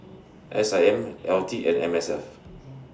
S I M LT and M S F